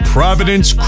Providence